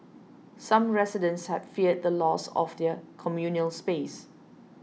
some residents had feared the loss of their communal space